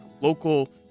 local